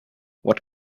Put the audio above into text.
what